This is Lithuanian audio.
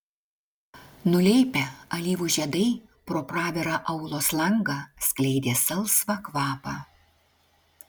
nuleipę alyvų žiedai pro pravirą aulos langą skleidė salsvą kvapą